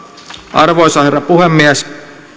arvoisa herra puhemies